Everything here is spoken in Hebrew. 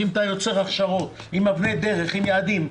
יוצר הכשרות עם יעדים,